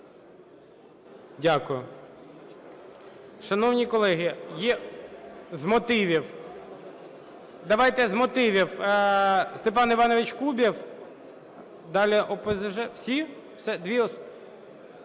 Дякую. Шановні колеги, є з мотивів. Давайте з мотивів. Степан Іванович Кубів, далі – ОПЗЖ. Всі? Три